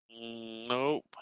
Nope